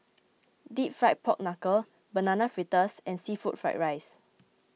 Deep Fried Pork Knuckle Banana Fritters and Seafood Fried Rice